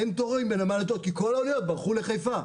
אין תורים בנמל אשדוד כי כל האוניות ברחו לחיפה,